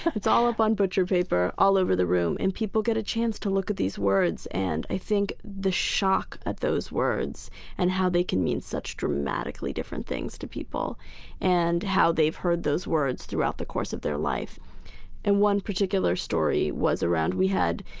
it's all up on butcher paper all over the room and people get a chance to look at these words and i think the shock of those words and how they can mean such dramatically different things to people and how they've heard those words throughout the course of their life one particular story was around. we had,